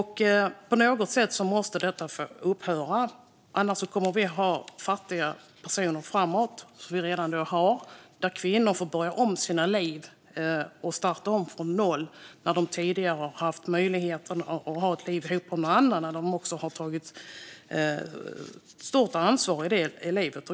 På något sätt måste detta fås att upphöra, annars kommer vi framöver ha fattiga personer, kvinnor som får starta om från noll från att tidigare ha haft ett liv ihop med någon annan där de också har tagit ett stort ansvar.